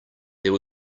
there